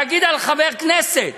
להגיד על חבר כנסת